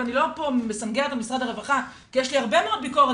ואני לא מסנגרת על משרד הרווחה כי יש לי הרבה מאוד ביקורת